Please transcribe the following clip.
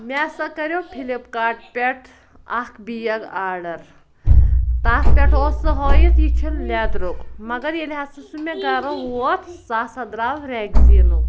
مےٚ ہَسا کَریو فِلِپ کاٹ پٮ۪ٹھ اَکھ بیگ آرڈَر تَتھ پٮ۪ٹھ اوس سُہ ہٲیِتھ یہِ چھُ لیٚدرُک مگر ییٚلہِ ہسا چھُ مےٚ گَرٕ ووت سُہ ہسا درٛاو ریگزیٖنُک